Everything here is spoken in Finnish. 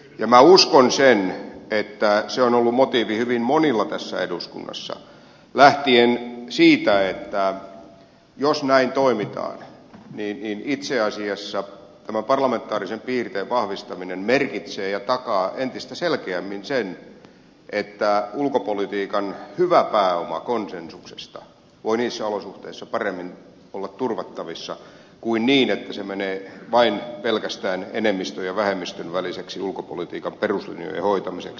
ja minä uskon että se on ollut motiivi hyvin monilla tässä eduskunnassa lähtien siitä että jos näin toimitaan niin itse asiassa tämän parlamentaarisen piirteen vahvistaminen merkitsee sitä ja takaa entistä selkeämmin sen että ulkopolitiikan hyvä pääoma konsensuksesta voi niissä olosuhteissa olla paremmin turvattavissa kuin niin että se menee vain pelkästään enemmistön ja vähemmistön väliseksi ulkopolitiikan peruslinjojen hoitamiseksi